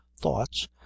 thoughts